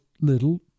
little